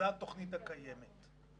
זו התוכנית הקיימת.